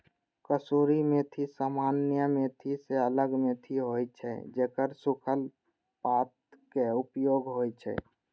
कसूरी मेथी सामान्य मेथी सं अलग मेथी होइ छै, जेकर सूखल पातक उपयोग होइ छै